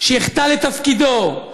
שיחטא לתפקידו,